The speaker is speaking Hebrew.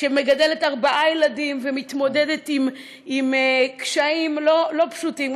שמגדלת ארבעה ילדים ומתמודדת עם קשיים לא פשוטים,